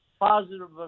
positive